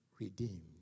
redeemed